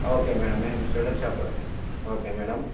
okay madam మేం sweater shop okay madam